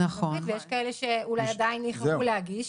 הנוכחית ויש כאלה שאולי עדיין יחכו להגיש.